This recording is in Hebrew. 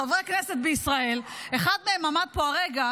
חברי כנסת בישראל, אחד מהם עמד פה הרגע